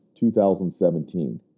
2017